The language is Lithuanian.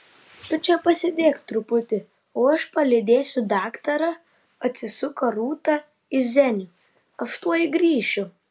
tu čia pasėdėk truputį o aš palydėsiu daktarą atsisuko rūta į zenių aš tuoj grįšiu